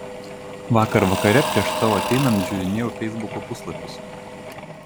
vakar vakare prieš tau ateinant žiūrinėjau feisbuko puslapius